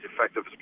effective